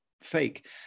fake